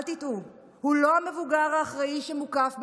אל תטעו, הוא לא המבוגר האחראי שמוקף במשוגעים.